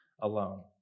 alone